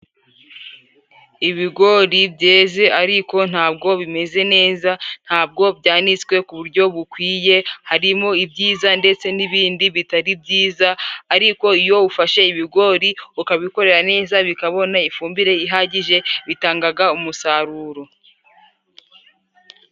Ibigori byeze ariko ntabwo bimeze neza ntabwo byanitswe ku buryo bukwiye harimo ibyiza ndetse n'ibindi bitari byiza ariko iyo ufashe ibigori ukabikorera neza bikabona ifumbire ihagije bitangaga umusaruro.